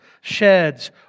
sheds